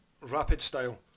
rapid-style